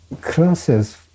classes